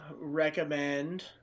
recommend